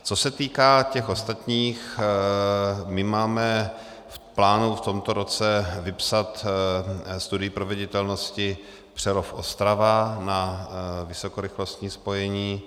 Co se týká těch ostatních, máme v plánu v tomto roce vypsat studii proveditelnosti PřerovOstrava na vysokorychlostní spojení.